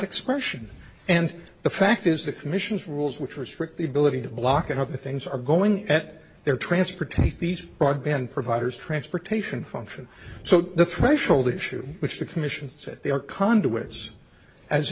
expression and the fact is the commission's rules which restrict the ability to block and other things are going at their transportation these broadband providers transportation function so the threshold issue which the commission said they are conduits as